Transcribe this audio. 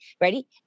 ready